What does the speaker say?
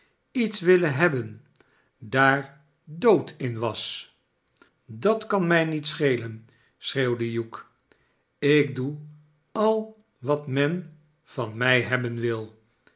iets willen hebben daar dood in was dat kan mij niet schelen schreeuwde hugh ik doe al wat men van mij hebben wil